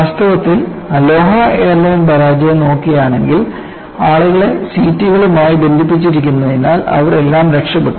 വാസ്തവത്തിൽ Aloha airline പരാജയം നോക്കുകയാണെങ്കിൽ ആളുകളെ സീറ്റുകളുമായി ബന്ധിപ്പിച്ചിരിക്കുന്നതിനാൽ അവരെല്ലാം രക്ഷപ്പെട്ടു